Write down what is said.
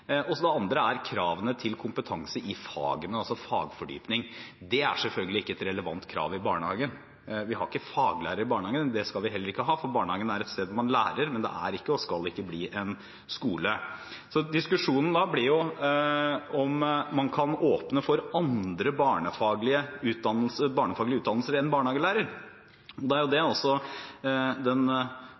Det andre er kravene til kompetanse i fagene, altså fagfordypning. Det er selvfølgelig ikke et relevant krav i barnehagen. Vi har ikke faglærere i barnehagen. Det skal vi heller ikke ha, for barnehagen er et sted man lærer, men det er ikke og skal ikke bli en skole. Diskusjonen da blir jo om man kan åpne for andre barnefaglige utdannelser enn barnehagelærer. Det er også det den